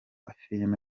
filime